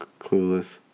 clueless